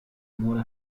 muore